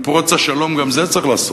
עם פרוץ השלום גם את זה צריך לעשות.